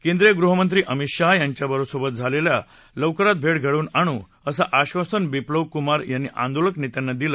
केंद्रीय गृहमंत्री अमित शाह यांच्यासोबत लवकरात लवकर भेट घडवून देऊ असं आधासन विप्लव कुमार यांनी आंदोलक नेत्यांना दिलं